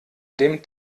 dem